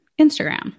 Instagram